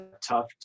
tough